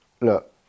look